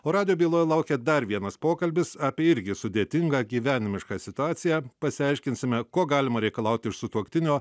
o radijo byloj laukia dar vienas pokalbis apie irgi sudėtingą gyvenimišką situaciją pasiaiškinsime ko galima reikalauti iš sutuoktinio